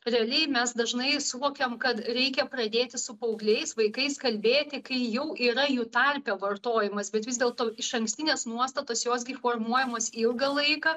realiai mes dažnai suvokiam kad reikia pradėti su paaugliais vaikais kalbėti kai jau yra jų tarpe vartojimas bet vis dėlto išankstinės nuostatos jos gi formuojamos ilgą laiką